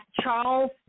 Charles